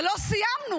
ולא סיימנו.